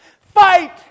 Fight